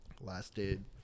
Lasted